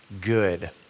good